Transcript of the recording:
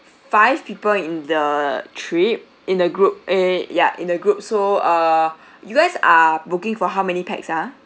five people in the trip in the group err ya in the group so err you guys are booking for how many pax ah